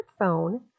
smartphone